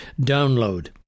download